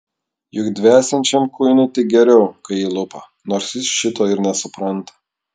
juk dvesiančiam kuinui tik geriau kai jį lupa nors jis šito ir nesupranta